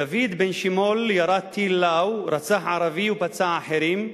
דוד בן-שימול ירה טיל "לאו", רצח ערבי ופצע אחרים,